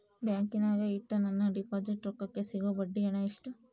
ಬ್ಯಾಂಕಿನಾಗ ಇಟ್ಟ ನನ್ನ ಡಿಪಾಸಿಟ್ ರೊಕ್ಕಕ್ಕೆ ಸಿಗೋ ಬಡ್ಡಿ ಹಣ ಎಷ್ಟು?